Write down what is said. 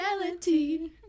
reality